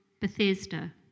Bethesda